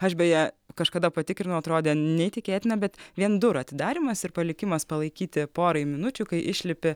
aš beje kažkada patikrinau atrodė neįtikėtina bet vien durų atidarymas ir palikimas palaikyti porai minučių kai išlipi